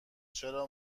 چرا